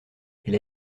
elle